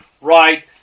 right